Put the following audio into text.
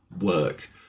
work